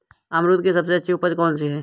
अमरूद की सबसे अच्छी उपज कौन सी है?